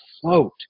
float